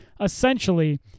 essentially